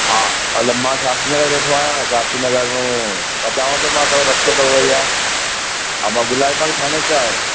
हा हल मां शास्त्री नगर वेठो आहियां शास्त्री नगर मूं अचांव थो मां हुता जो रस्तो त उहेई आहे हा गुलाबी बाग थाने ते आहियो